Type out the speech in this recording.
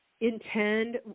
intend